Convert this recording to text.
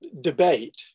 debate